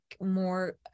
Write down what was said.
more